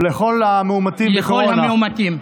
לכל המאומתים בקורונה,